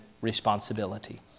responsibility